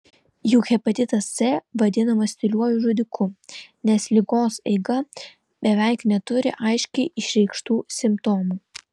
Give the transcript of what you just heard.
juk hepatitas c vadinamas tyliuoju žudiku nes ligos eiga beveik neturi aiškiai išreikštų simptomų